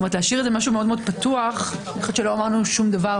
להשאיר את זה משהו מאוד פתוח בפרט שלא אמרנו דבר.